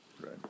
right